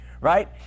right